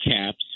caps